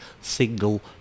single